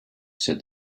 said